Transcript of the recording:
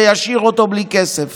לא להשאיר אותו בלי כסף.